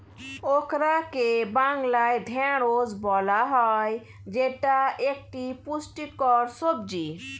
ওকরাকে বাংলায় ঢ্যাঁড়স বলা হয় যেটা একটি পুষ্টিকর সবজি